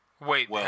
Wait